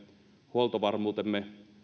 huoltovarmuutemme